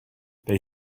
they